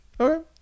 okay